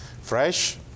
Fresh